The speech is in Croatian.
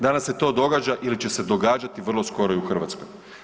Danas se to događa ili će se događati vrlo skoro i u Hrvatskoj.